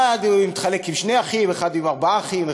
אחד מתחלק עם שני אחים, אחד עם ארבעה אחים.